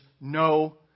no